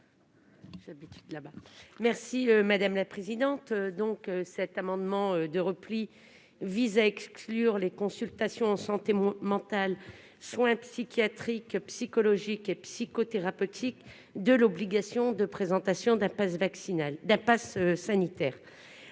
est à Mme Cathy Apourceau-Poly. Cet amendement de repli vise à exclure les consultations en santé mentale, les soins psychiatriques, psychologiques et psychothérapeutiques de l'obligation de présentation d'un passe sanitaire.